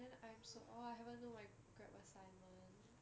then I'm so orh I haven't do my grab assignment